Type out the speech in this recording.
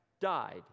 died